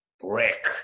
brick